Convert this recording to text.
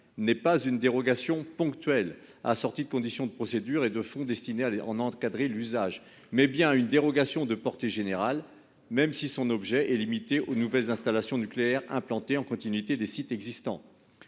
n'est pas une dérogation ponctuelle, assortie de conditions de procédure et de fond destinées à en encadrer l'usage, mais bien une dérogation de portée générale, même si son objet est limité aux nouvelles installations nucléaires implantées en continuité des sites existants.